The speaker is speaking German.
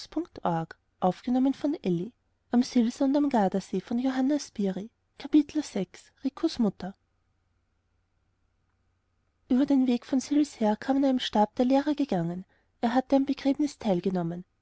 über den weg von sils her kam an einem stab der lehrer gegangen er hatte an dem begräbnis teilgenommen